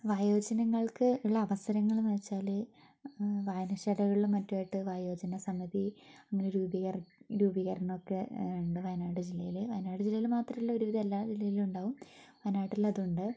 വയോജനങ്ങൾക്ക് ഉള്ള അവസരങ്ങൾ എന്നുവെച്ചാല് വായനശാലകളിലും മറ്റുമായിട്ട് വയോജന സമിതി അങ്ങനെ രൂപീകരണം രൂപീകരണമൊക്കെ ഉണ്ട് വയനാട് ജില്ലയിൽ വയനാട് ജില്ലയിൽ മാത്രമല്ല ഒരുവിധം എല്ലാ ജില്ലയിലും ഉണ്ടാകും വയനാട്ടിൽ അതുണ്ട്